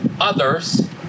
others